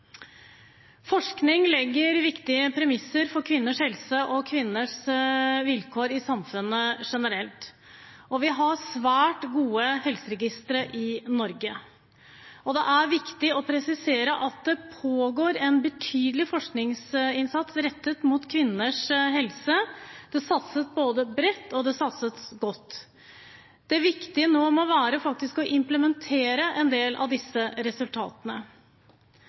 Forskning legger viktige premisser for kvinners helse og kvinners vilkår i samfunnet generelt. Vi har svært gode helseregistre i Norge. Det er viktig å presisere at det pågår en betydelig forskningsinnsats rettet mot kvinners helse. Det satses både bredt og godt. Det viktige nå må faktisk være å implementere en del av disse resultatene.